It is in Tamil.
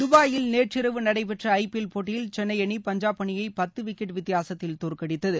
தபாயில் நேற்றிரவு நடைபெற்ற ஐ பி எல் போட்டியில் சென்னை அணி பஞ்சாப் அணியை பத்து விக்கெட் வித்தியாசத்தில் தோற்கடித்தது